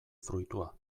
fruitua